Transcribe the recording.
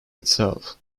itself